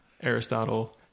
Aristotle